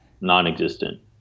non-existent